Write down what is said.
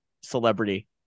celebrity